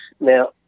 Now